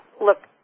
look